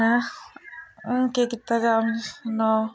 ऐं हून केह् कीता जा सनाओ